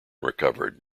recovered